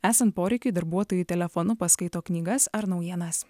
esant poreikiui darbuotojai telefonu paskaito knygas ar naujienas